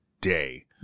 day